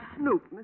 snoop